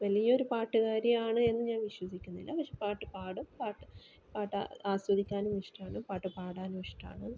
വലിയൊരു പാട്ടുകാരിയാണ് എന്ന് ഞാൻ വിശ്വസിക്കുന്നില്ല പക്ഷെ പാട്ട് പാടും പാട്ട് പാട്ട് ആസ്വദിക്കാനും ഇഷ്ടാവാണ് പാട്ട് പാടാനും ഇഷ്ടാണ്